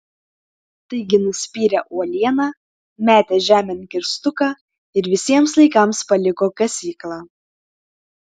taigi nuspyrė uolieną metė žemėn kirstuką ir visiems laikams paliko kasyklą